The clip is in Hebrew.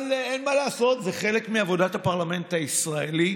אבל אין מה לעשות, זה חלק מעבודת הפרלמנט הישראלי,